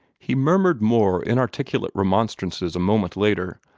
he murmured more inarticulate remonstrances a moment later,